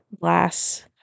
glass